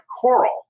coral